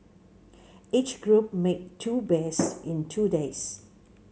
each group made two bears in two days